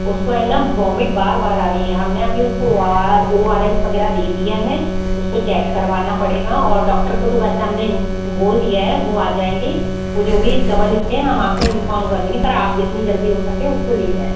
उसको है ना वोमिट बार बार आ रही है हमने अभी उसको ओ आर एस वगैरह दे दिया है उसको चेक करवाना पड़ेगा और डॉक्टर को तो वैसे हमने बोल दिया है वो आ जाएंगे वो जो भी दवा लिखते हैं हम आपको इन्फॉर्म कर देंगे पर आप जितनी जल्दी हो सके उसको ले जाएं